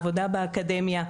עבודה באקדמיה,